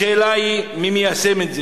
השאלה היא מי מיישם את זה.